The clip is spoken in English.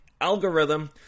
algorithm